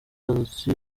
azi